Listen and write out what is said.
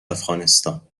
افغانستان